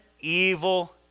evil